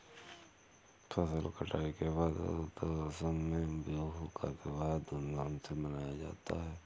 फसल कटाई के बाद असम में बिहू का त्योहार धूमधाम से मनाया जाता है